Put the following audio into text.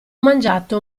mangiato